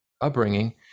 upbringing